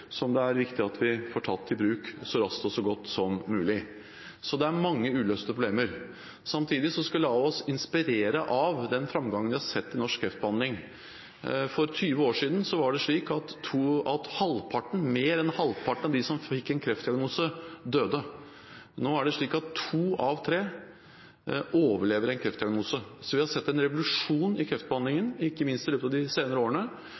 som det er viktig at vi får tatt i bruk så raskt og så godt som mulig. Så det er mange uløste problemer. Samtidig skal vi la oss inspirere av den framgangen vi har sett i norsk kreftbehandling. For 20 år siden var det slik at mer enn halvparten av de som fikk en kreftdiagnose, døde. Nå er det slik at to av tre overlever en kreftdiagnose. Så vi har sett en revolusjon i kreftbehandlingen, ikke minst i løpet av de senere årene.